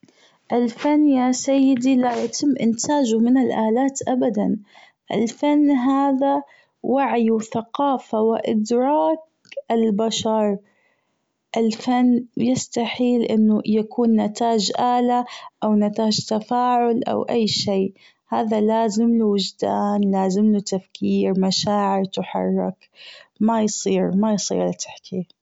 الفن ياسيدي لا يتم أنتاجه من الآلات أبدا الفن هذا وعي وثقافة وأدراك البشر الفن يستحيل أنه يكون نتاج آلة أو نتاج تفاعل أو أي شي هذا لازمله وجدان لازمله تفكير مشاعر تُحرك ما يصير مايصير تحكيه.